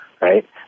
right